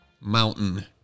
mountain